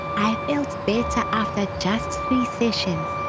i felt better after just three sessions.